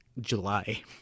July